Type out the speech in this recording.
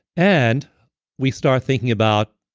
and we start thinking about.